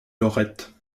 lorette